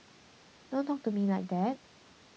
don't talk to me like that